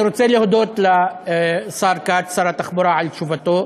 אני רוצה להודות לשר כץ, שר התחבורה, על תשובתו